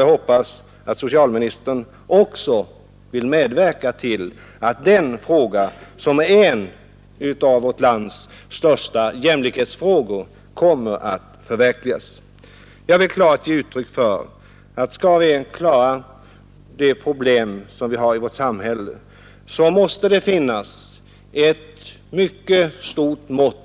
Jag hoppas att socialministern också kommer att medverka till att denna målsättning, som gäller en av vårt lands största jämlikhetsfrågor, kommer att förverkligas. Jag vill klart ge uttryck för att om vi skall klara de problem som vi har i vårt samhälle måste det finnas ett mycket stort mått